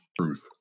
Truth